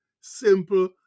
simple